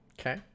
Okay